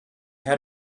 had